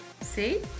See